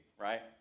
right